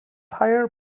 higher